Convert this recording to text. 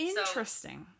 Interesting